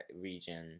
region